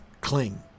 cling